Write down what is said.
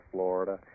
Florida